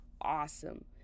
awesome